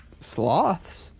sloths